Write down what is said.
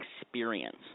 experience